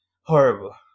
horrible